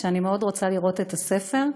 ואני מאוד רוצה לראות את הספר,